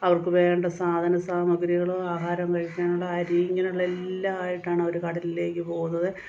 അവർക്കു വേണ്ട സാധന സാമഗ്രാഹികളും ആഹാരം കഴിക്കാനുള്ള അരി ഇങ്ങനെയുള്ള എല്ലാം ആയിട്ടാണ് അവർ കടലിലേക്കു പോകുന്നത്